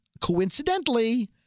coincidentally